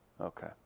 Okay